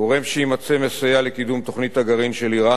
גורם שיימצא מסייע לקידום תוכנית הגרעין של אירן